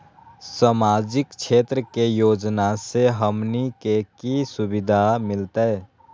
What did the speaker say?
सामाजिक क्षेत्र के योजना से हमनी के की सुविधा मिलतै?